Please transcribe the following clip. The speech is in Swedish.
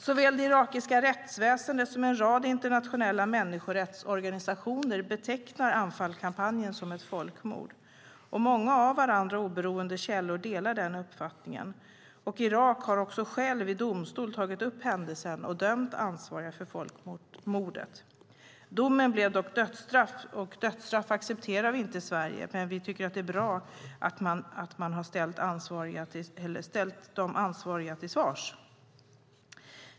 Såväl det irakiska rättsväsendet som en rad internationella människorättsorganisationer betecknar Anfalkampanjen som ett folkmord. Många av varandra oberoende källor delar den uppfattningen, och Irak har också självt i domstol tagit upp händelsen och dömt ansvariga för folkmordet. Domen blev dock dödsstraff, vilket vi ju inte accepterar i Sverige, men vi tycker att det är bra att man har ställt de ansvariga till svars.